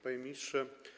Panie Ministrze!